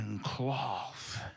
cloth